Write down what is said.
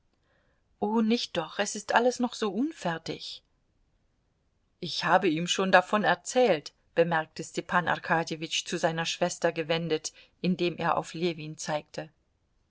o nicht doch es ist alles noch so unfertig ich habe ihm schon davon erzählt bemerkte stepan arkadjewitsch zu seiner schwester gewendet indem er auf ljewin zeigte